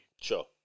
Sure